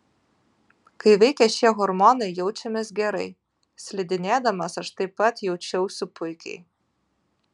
kai veikia šie hormonai jaučiamės gerai slidinėdamas aš taip pat jaučiausi puikiai